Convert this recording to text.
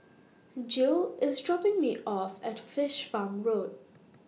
Gil IS dropping Me off At Fish Farm Road